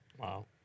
Wow